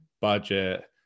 budget